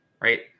right